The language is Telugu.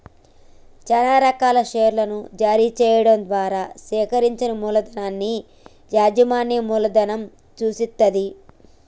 చానా రకాల షేర్లను జారీ చెయ్యడం ద్వారా సేకరించిన మూలధనాన్ని యాజమాన్య మూలధనం సూచిత్తది